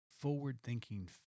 forward-thinking